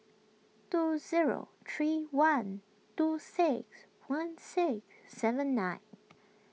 two zero three one two six one sick seven nine